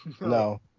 No